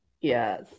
Yes